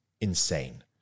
insane